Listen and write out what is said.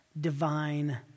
divine